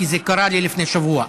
כי זה קרה לי לפני שבוע.